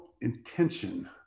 Intention